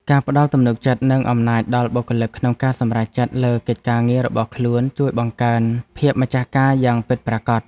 ការផ្ដល់ទំនុកចិត្តនិងអំណាចដល់បុគ្គលិកក្នុងការសម្រេចចិត្តលើកិច្ចការងាររបស់ខ្លួនជួយបង្កើនភាពម្ចាស់ការយ៉ាងពិតប្រាកដ។